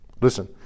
Listen